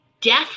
death